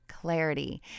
Clarity